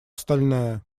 стальная